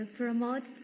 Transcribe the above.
promote